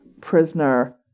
prisoner